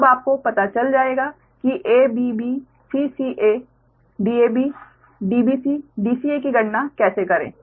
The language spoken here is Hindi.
अब आपको पता चल जाएगा कि abbcca Dab Dbc Dca की गणना कैसे करें